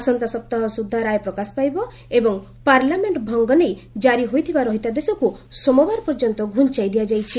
ଆସନ୍ତା ସପ୍ତାହ ସୁଦ୍ଧା ରାୟ ପ୍ରକାଶ ପାଇବ ଏବଂ ପାର୍ଲାମେଣ୍ଟ ଭଙ୍ଗ ନେଇ ଜାରି ହୋଇଥିବା ରହିତାଦେଶକୁ ସୋମବାର ପର୍ଯ୍ୟନ୍ତ ଘୁଞ୍ଚାଇ ଦିଆଯାଇଛି